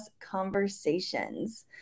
conversations